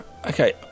Okay